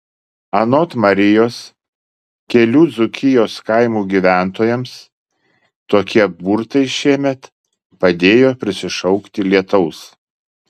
anot marijos kelių dzūkijos kaimų gyventojams tokie burtai šiemet padėjo prisišaukti lietaus